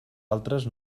altres